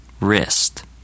wrist